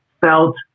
felt